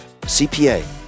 CPA